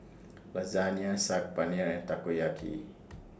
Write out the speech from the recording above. Lasagne Saag Paneer and Takoyaki